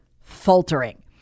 faltering